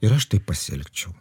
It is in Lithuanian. ir aš taip pasielgčiau